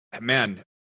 man